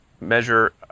measure